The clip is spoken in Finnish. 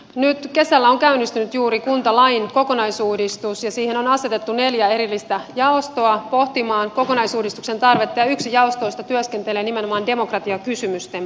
nyt kesällä on käynnistynyt juuri kuntalain kokonaisuudistus ja siihen on asetettu neljä erillistä jaostoa pohtimaan kokonaisuudistuksen tarvetta ja yksi jaostoista työskentelee nimenomaan demokratiakysymysten parissa